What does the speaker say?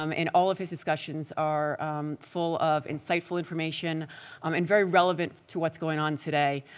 um and all of his discussions are full of insightful information um and very relevant to what's going on today.